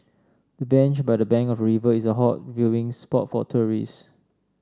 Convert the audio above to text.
the bench by the bank of river is a hot viewing spot for tourists